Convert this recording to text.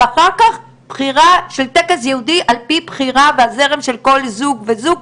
ואחר כך בחירה של טקס יהודי על פי בחירה והזרם של כל זוג וזוג,